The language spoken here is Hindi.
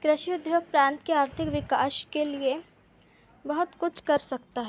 कृषि उद्योग प्रांत के आर्थिक विकास के लिए बहुत कुछ कर सकता है